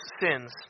sins